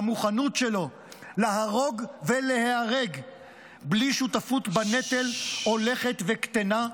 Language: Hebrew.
והמוכנות שלו להרוג ולהיהרג בלי שותפות בנטל הולכת וקטנה.